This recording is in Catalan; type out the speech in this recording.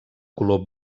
color